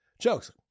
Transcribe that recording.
jokes